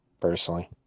personally